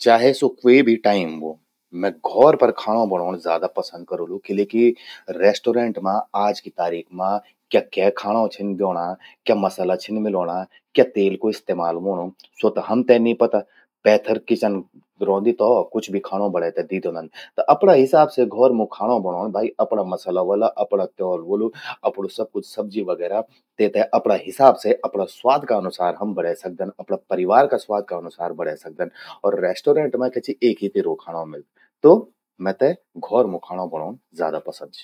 चाहे स्वो क्वे भी टाइम व्हो, मैं घौर पर खाणो बणौण ज्यादा पसंद करोलु, किले कि रेस्टोरेंट मां, आज कि तारीख मां क्या क्ये खाणो छिन द्योणा। क्या मसला छिन मिलौंणआ, क्या तेल कु इस्तेमाल व्होणूं, स्वो त हमते नीं पता। पैथर किचन रौंदि तौ कुछ भी खाणो बणे ते दी द्योंदन। त अपणा हिसाब से घौर मूं खाणों बणौंण, भई अपणा मसाला व्हाला, अपरु त्यौल व्होलु, अपणु सब कुछ सब्जी वगैरा, तेते अपणा हिसाब से अपणा स्वाद का अनुसार हम बणै सकदन। अपरा परिवार का स्वाद का अनुसार बणै सकदन। और रेस्टोरेंट मां क्या चि एक ही तिरो खाणो मिलद। तो मैते घौर मूं खाणों बणौंण ज्यादा पसंद चि।